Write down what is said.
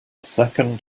second